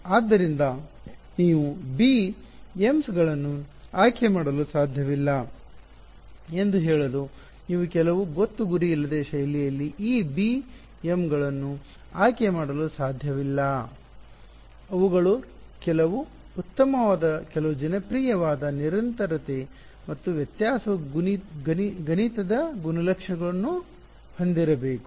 ಆದ್ದರಿಂದ ನೀವು b m's ಗಳನ್ನು ಆಯ್ಕೆ ಮಾಡಲು ಸಾಧ್ಯವಿಲ್ಲ ಎಂದು ಹೇಳಲು ನೀವು ಕೆಲವು ಗೊತ್ತುಗುರಿಯಿಲ್ಲದೆ ಶೈಲಿಯಲ್ಲಿ ಈ ಬಿ ಎಂ ಗಳನ್ನು ಆಯ್ಕೆ ಮಾಡಲು ಸಾಧ್ಯವಿಲ್ಲ ಅವುಗಳು ಕೆಲವು ಉತ್ತಮವಾದ ಕೆಲವು ಜನಪ್ರಿಯವಾದ ನಿರಂತರತೆ ಮತ್ತು ವ್ಯತ್ಯಾಸವು ಗಣಿತದ ಗುಣಲಕ್ಷಣಗಳನ್ನು ಹೊಂದಿರಬೇಕು